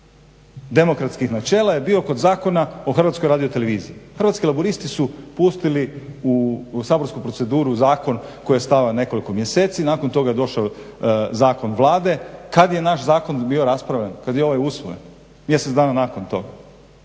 Hrvatski laburisti su pustili u saborsku proceduru zakon koji je stajao nekoliko mjeseci, nakon toga je došao zakon Vlade. Kad je naš zakon bio raspravljen? Kad je ovaj usvojen, mjesec dana nakon toga.